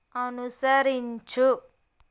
అనుసరించు